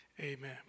Amen